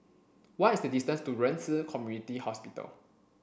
what is the distance to Ren Ci Community Hospital